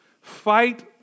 Fight